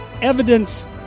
evidence